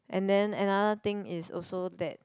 and then another thing is also that